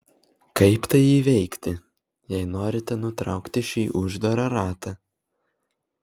kaip tai įveikti jei norite nutraukti šį uždarą ratą